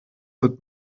wird